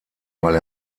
weil